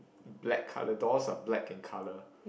black colour doors or black in colour